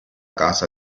casa